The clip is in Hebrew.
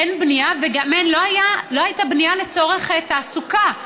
אין בנייה, וגם לא הייתה בנייה לצורך תעסוקה.